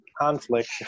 conflict